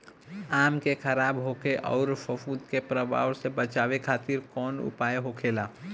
आम के खराब होखे अउर फफूद के प्रभाव से बचावे खातिर कउन उपाय होखेला?